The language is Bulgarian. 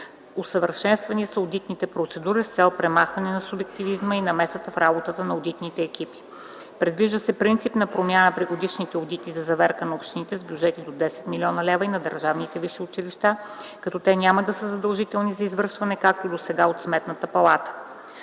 Усъвършенствани са одитните процедури с цел премахване на субективизма и намесата в работата на одитните екипи. Предвижда се принципна промяна при годишните одити за заверки на общините с бюджети до 10 млн. лева и на държавните висши училища, като те няма да са задължителни за извършване, както досега от Сметната палата.